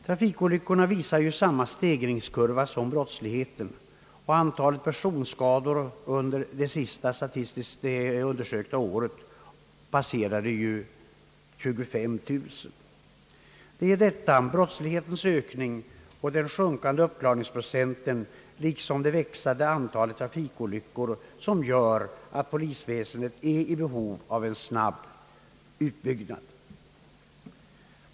Trafikolyckorna visar samma stegringskurva som brottsligheten, och antalet personskador under det sista statistiskt undersökta året passerade 25 000. Det är detta, brottslighetens ökning och den sjunkande uppklaringsprocenten liksom det växande antalet trafikolyckor, som gör att polisväsendet är i behov av en snabb utbyggnad.